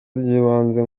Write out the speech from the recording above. ry’ibanze